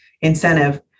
incentive